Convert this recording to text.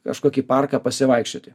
kažkokį parką pasivaikščioti